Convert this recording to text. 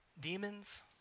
Demons